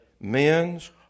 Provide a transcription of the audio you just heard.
Men's